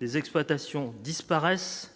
les exploitations disparaissent,